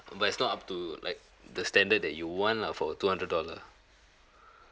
but it's not up to like the standard that you want lah for two hundred dollar